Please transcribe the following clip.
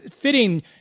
fitting